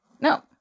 No